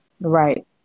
Right